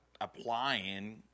applying